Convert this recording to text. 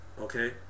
okay